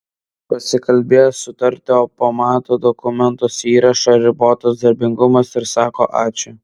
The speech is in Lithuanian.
pasikalbėjęs sutari o pamato dokumentuose įrašą ribotas darbingumas ir sako ačiū